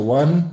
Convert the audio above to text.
one